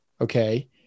Okay